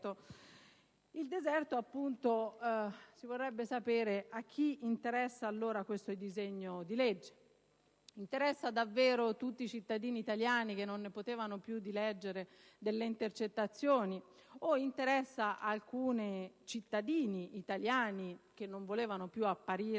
il deserto! Si vorrebbe sapere allora a chi interessa questo disegno di legge. Interessa davvero tutti i cittadini italiani che non ne potevano più di leggere delle intercettazioni o interessa alcuni cittadini italiani che non volevano più apparire